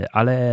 ale